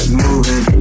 moving